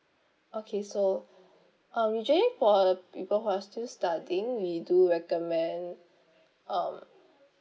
okay so uh usually for people who are still studying we do recommend um